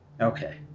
Okay